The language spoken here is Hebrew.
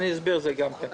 אסביר גם את זה.